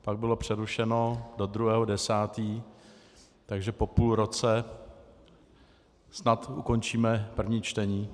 Pak bylo přerušeno do 2. 10., takže po půl roce snad ukončíme první čtení.